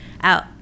out